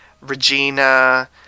Regina